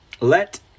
let